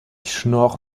schnorr